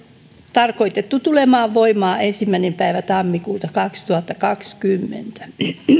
tarkoitettu tulemaan voimaan ensimmäinen päivä tammikuuta kaksituhattakaksikymmentä